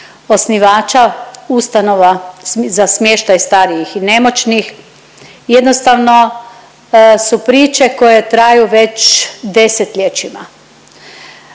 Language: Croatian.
osnivača, ustanova za smještaj starijih i nemoćnih jednostavno su priče koje traju već 10-ljećima.